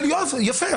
יפה,